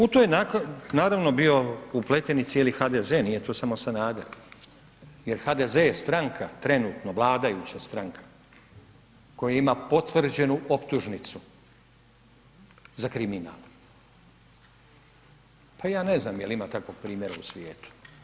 U to je, naravno, bio upleten i cijeli HDZ, nije tu samo Sanader jer HDZ je stranka, trenutno vladajuća stranka, koja ima potvrđenu optužnicu za kriminal, pa ja ne znam je li ima takvoga primjera u svijetu.